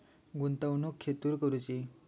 गुंतवणुक खेतुर करूची?